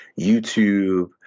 YouTube